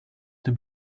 dem